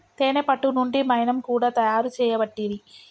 తేనే పట్టు నుండి మైనం కూడా తయారు చేయబట్టిరి